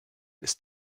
ist